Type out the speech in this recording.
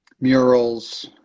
murals